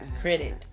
Credit